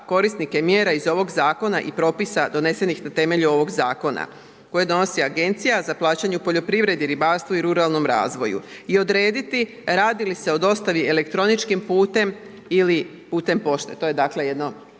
korisnike mjera iz ovog Zakona i propisa donesenih na temelju ovog Zakona koje donosi Agencija za plaćanje u poljoprivredi, ribarstvu i ruralnom razvoju i odrediti radi li se o dostavi elektroničkim putem ili putem pošte. To je dakle, jedna